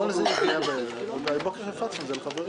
זה הגיע אתמול בערב והבוקר הפצנו את זה לחברים.